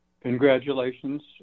Congratulations